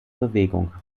bewegung